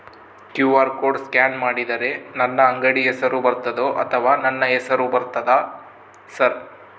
QR code scan ಮಾಡಿದರೆ ನನ್ನ ಅಂಗಡಿ ಹೆಸರು ಬರ್ತದೋ ಅಥವಾ ನನ್ನ ಹೆಸರು ಬರ್ತದ ಸರ್?